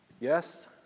Yes